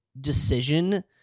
decision